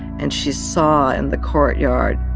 and she saw, in the courtyard,